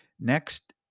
Next